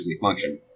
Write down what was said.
function